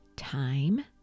time